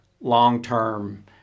long-term